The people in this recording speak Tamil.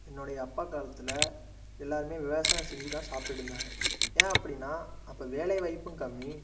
என்னோடைய அப்பா காலத்தில் எல்லாருமே விவசாயம் செஞ்சு தான் சாப்பிடுட்ருந்தாங்க ஏன் அப்படின்னா அப்போ வேலைவாய்ப்பும் கம்மி